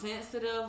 sensitive